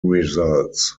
results